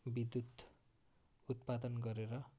विद्युत उत्पादन गरेर